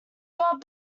god